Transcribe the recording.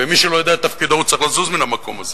ומי שלא יודע את תפקידו צריך לזוז מן המקום הזה.